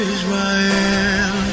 Israel